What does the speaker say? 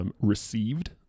received